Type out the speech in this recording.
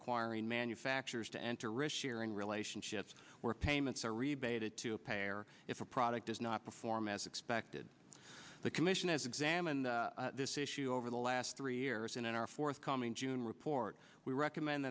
requiring manufacturers to enter rish year in relationships where payments are rebated to a pair if a product does not perform as expected the commission has examined this issue over the last three years and in our forthcoming june report we recommend